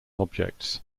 objects